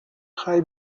خوای